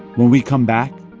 when we come back,